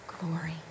glory